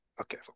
Okay